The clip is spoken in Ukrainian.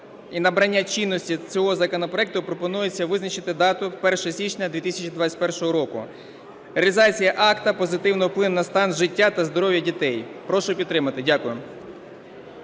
набрання чинності цього законопроекту пропонується визначити дату 1 січня 2021 року. Реалізація акта позитивно вплине на стан життя та здоров'я дітей. Прошу підтримати. Дякую.